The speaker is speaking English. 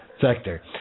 sector